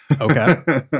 Okay